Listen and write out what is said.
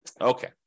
Okay